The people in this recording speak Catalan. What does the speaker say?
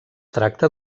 tracta